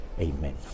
Amen